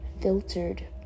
filtered